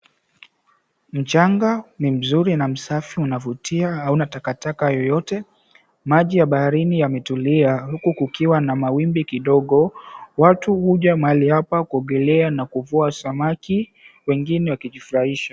Mchanga ni mzuri na msafi unavutia hauna takataka yoyote. Maji ya baharini yametulia huku kukiwa na mawimbi kidogo, watu huja mahali hapa kuogelea na kuvua samaki wengine wakijifurahisha.